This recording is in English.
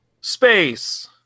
Space